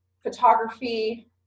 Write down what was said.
Photography